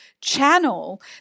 channel